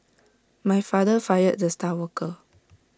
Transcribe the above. my father fired the star worker